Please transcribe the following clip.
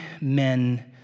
men